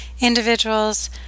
individuals